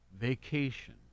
vacation